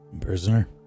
Prisoner